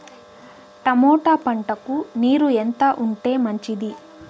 Tomato పంటకు నీరు ఎంత ఉంటే మంచిది?